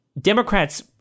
Democrats